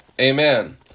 Amen